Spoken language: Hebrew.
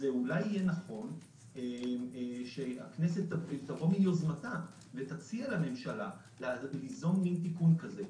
אולי יהיה נכון שהכנסת תבוא מיוזמתה ותציע לממשלה ליזום תיקון כזה,